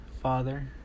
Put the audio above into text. father